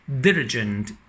diligent